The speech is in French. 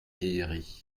vieilleries